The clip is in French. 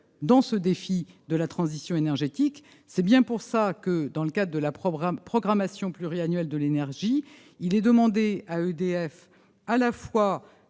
dans ce défi de la transition énergétique. C'est la raison pour laquelle, dans le cadre de la programmation pluriannuelle de l'énergie, il est demandé à EDF à la fois